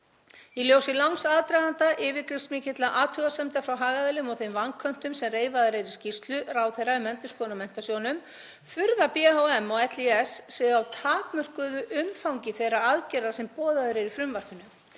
„Í ljósi langs aðdraganda, yfirgripsmikilla athugasemda frá hagaðilum og þeim vanköntum sem reifaðir eru í skýrslu ráðherra um endurskoðun á Menntasjóðnum furða BHM og LÍS sig á takmörkuðu umfangi þeirra aðgerða sem boðaðar eru í frumvarpinu.